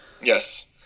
Yes